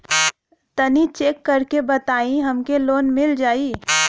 तनि चेक कर के बताई हम के लोन मिल जाई?